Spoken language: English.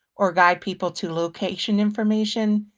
or guide people to location information?